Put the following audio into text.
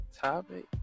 topic